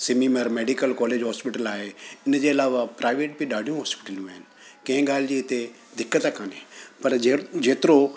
SMIMER medical college hospital आहे इनजे अलावा प्राइवेट बि ॾाढियूं हॉस्पिटलियूं आहिनि कंहिं ॻाल्हि जी इते दिक़त काने पर जे जेतिरो